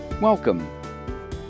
Welcome